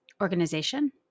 organization